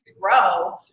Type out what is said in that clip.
grow